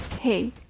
Hey